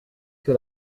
que